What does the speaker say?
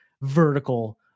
vertical